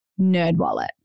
Nerdwallet